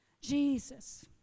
Jesus